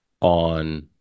on